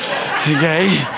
okay